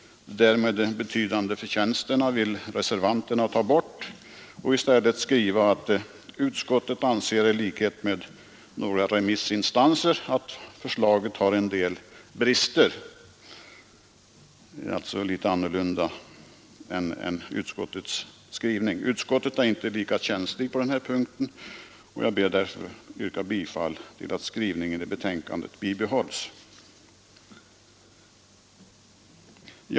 Det där med de betydande förtjänsterna vill reservanterna ta bort och i stället skriva att utskottet anser i likhet med några remissinstanser att förslaget har en del brister. Den skrivningen är alltså litet annorlunda än utskottets. Utskottet är inte lika känsligt på den här punkten som reservanterna, och jag ber därför att få yrka att skrivningen i betänkandet bibehålls.